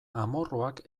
amorruak